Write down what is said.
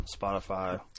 Spotify